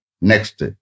Next